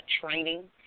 training